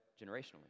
generationally